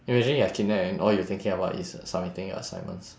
imagine you're kidnapped and all you're thinking about is submitting your assignments